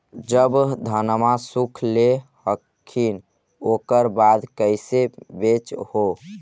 जब धनमा सुख ले हखिन उकर बाद कैसे बेच हो?